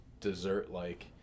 dessert-like